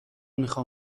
میخوام